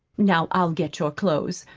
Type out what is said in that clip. now i'll get your clothes.